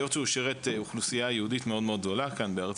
היות שהוא שירת אוכלוסייה יהודית מאוד מאוד גדולה כאן בארץ